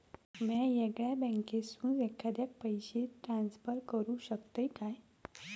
म्या येगल्या बँकेसून एखाद्याक पयशे ट्रान्सफर करू शकतय काय?